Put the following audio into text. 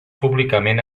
públicament